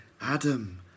Adam